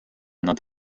nad